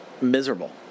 miserable